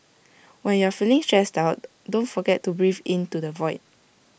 when you are feeling stressed out don't forget to breathe into the void